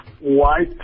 white